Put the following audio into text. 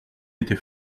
étais